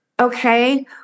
okay